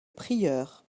prieur